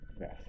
Yes